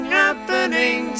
happening